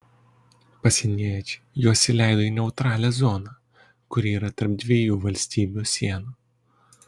pasieniečiai juos įleido į neutralią zoną kuri yra tarp dviejų valstybių sienų